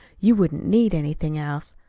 you wouldn't need anything else.